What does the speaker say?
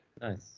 Nice